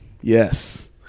Yes